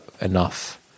enough